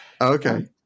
Okay